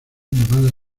llamada